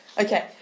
Okay